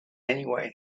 anyway